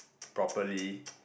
properly